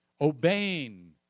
obeying